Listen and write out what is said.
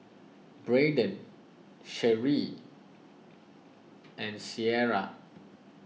Braydon Sheri and Sierra